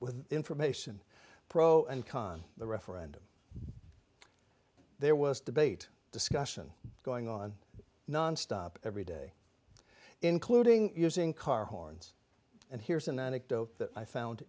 with information pro and con the referendum there was debate discussion going on nonstop every day including using car horns and here's an anecdote that i found